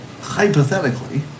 hypothetically